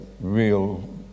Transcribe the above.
real